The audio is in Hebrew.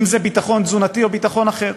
אם זה ביטחון תזונתי או ביטחון אחר.